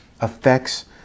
affects